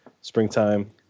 springtime